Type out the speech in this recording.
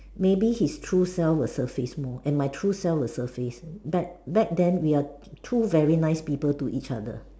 maybe his true self will surface more and my true self will surface back back then we are two very nice people to each other